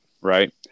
right